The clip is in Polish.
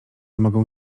mogą